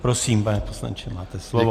Prosím, pane poslanče, máte slovo.